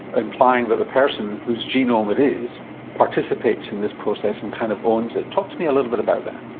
implying that the person whose genome it is participates in this process and kind of owns it. talk to me a little bit about that.